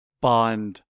Bond